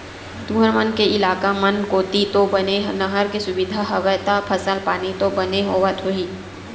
तुंहर मन के इलाका मन कोती तो बने नहर के सुबिधा हवय ता फसल पानी तो बने होवत होही?